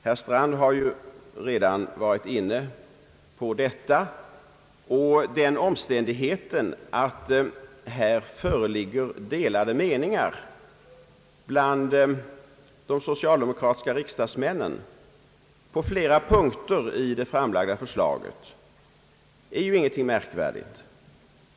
Herr Strand har redan varit inne på denna fråga, och den omständigheten att det här föreligger delade meningar på flera punkter i det framlagda förslaget bland de socialdemokratiska riksdagsmännen är ingenting märkvärdigt.